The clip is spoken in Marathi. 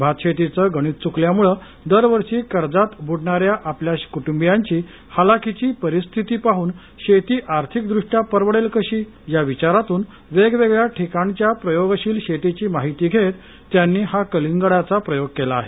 भातशेतीचं गणित चुकल्यामुळं दरवर्षी कर्जात बुडणाऱ्या आपल्या कुटुंबियांची हलाखीची परिस्थिती पाहन शेती आर्थिकदृष्ट्या परवडेल कशी या विचारातून वेगवेगळ्या ठिकाणच्या प्रयोगशील शेतीची माहिती घेत त्यांनी हा कलिंगडाचा प्रयोग केला आहे